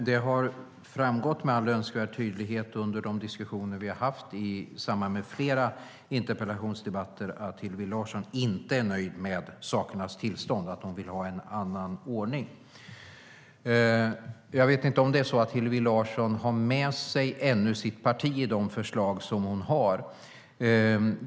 Herr talman! Det har med all önskvärd tydlighet framgått av de diskussioner vi haft i samband med flera interpellationsdebatter att Hillevi Larsson inte är nöjd med sakernas tillstånd och att hon vill ha en annan ordning. Jag vet inte om Hillevi Larsson har sitt parti med sig i de förslag hon har.